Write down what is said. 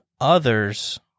others